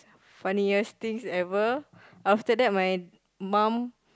funniest things ever after that my mum